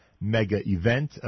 mega-event